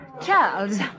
Charles